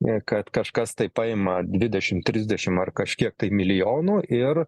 kad kažkas tai paima dvidešimt trisdešimt ar kažkiek milijonų ir